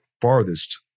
farthest